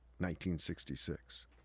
1966